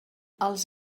els